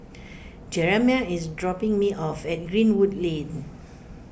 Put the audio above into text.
Jeramiah is dropping me off at Greenwood Lane